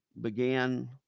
began